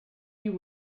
you